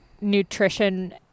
nutrition